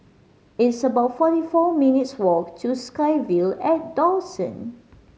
it's about forty four minutes' walk to SkyVille at Dawson